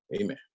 Amen